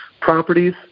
properties